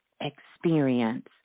experience